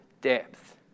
depth